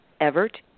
Everett